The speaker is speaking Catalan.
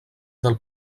del